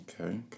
okay